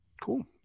cool